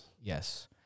Yes